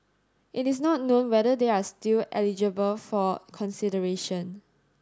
it is not known whether they are still eligible for consideration